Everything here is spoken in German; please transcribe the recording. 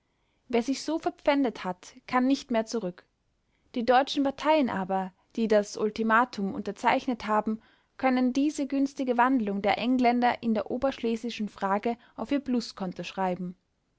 wer sich so verpfändet hat kann nicht mehr zurück die deutschen parteien aber die das ultimatum unterzeichnet haben können diese günstige wandlung der engländer in der oberschlesischen frage auf ihr pluskonto schreiben